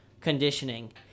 conditioning